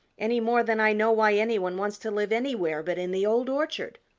any more than i know why any one wants to live anywhere but in the old orchard.